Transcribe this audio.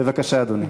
בבקשה, אדוני.